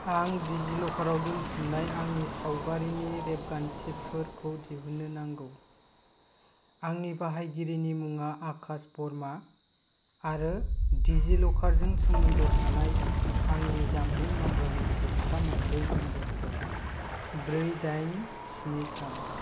आं डिजिलकाराव दोनथुमनाय आंनि सावगारिनि रेबगान्थिफोरखौ दिहुन्नो नांगौ आंनि बाहायगिरिनि मुङा आकाश वरमा आरो डिजिलकारजों सोमोन्दो थानाय आंनि जानबुं नाम्बारनि जोबथा मोनब्रै नम्बरफोरा ब्रै दाइन स्नि थाम